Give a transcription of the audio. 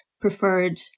preferred